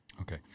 Okay